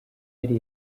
yari